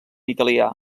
italià